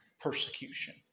persecution